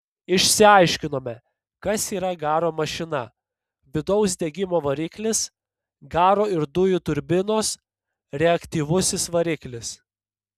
išsiaiškinome kas yra garo mašina vidaus degimo variklis garo ir dujų turbinos reaktyvusis variklis